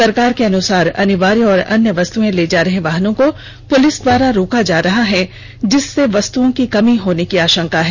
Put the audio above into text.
सरकार के अनुसार अनिवार्य और अन्य वस्तुए ले जा रहे वाहनों को पुलिस द्वारा रोका जा रहा है जिससे वस्तुओं की कमी होने की आशंका है